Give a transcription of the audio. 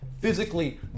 physically